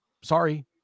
Sorry